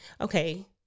okay